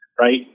right